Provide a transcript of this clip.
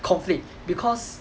conflict because